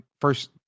first